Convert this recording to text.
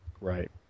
Right